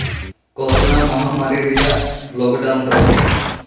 corona ᱢᱚᱦᱟᱢᱟᱹᱨᱤ ᱨᱮᱭᱟᱜ lockdown ᱨᱮ